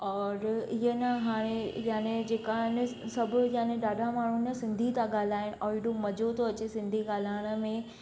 और ईअं न हाणे यानी जेका यानी सभु यानी ॾाढा माण्हुनि सिंधी था ॻाल्हाइण ऐं हेॾो मज़ो थो अचे सिंधी ॻाल्हाइण में